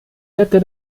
hätte